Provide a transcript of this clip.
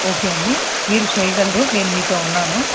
okay అండి మీరు చెయ్యగలరు నేను మీతో ఉన్నాను